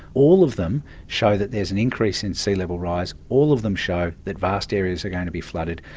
all of them show that there's an increase in sea level rise. all of them show that vast areas are going to be flooded.